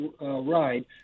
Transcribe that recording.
ride